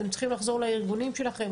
ואתם צריכים לחזור לארגונים שלכם,